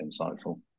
insightful